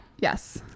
Yes